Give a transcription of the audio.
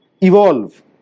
evolve